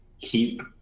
keep